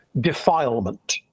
defilement